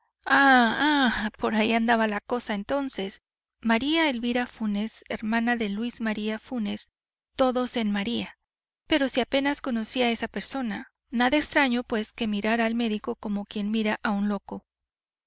por aquí andaba la cosa entonces maría elvira funes hermana de luis maría funes todos en maría pero si apenas conocía a esa persona nada extraño pues que mirara al médico como quien mira a un loco